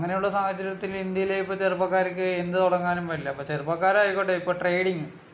അങ്ങനെയുള്ള സാഹചര്യത്തിൽ ഇന്ത്യയിലെ ഇപ്പോൾ ചെറുപ്പക്കാർക്ക് എന്ത് തുടങ്ങാനും പറ്റില്ല ഇപ്പോൾ ചെറുപ്പക്കാരായിക്കോട്ടെ ഇപ്പോൾ ട്രേഡിങ്